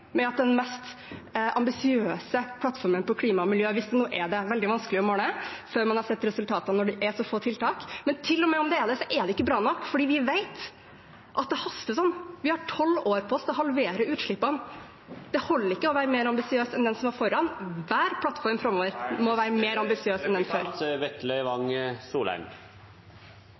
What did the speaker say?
med at den mest ambisiøse plattformen for klima og miljø, hvis den nå er det – det er veldig vanskelig å måle før man har sett resultatene, når det er så få tiltak – men til og med om den er det, så er det ikke bra nok, for vi vet at det haster. Vi har tolv år på oss til å halvere utslippene. Det holder ikke å være mer ambisiøs enn dem som er foran. Hver plattform framover må være mer ambisiøs.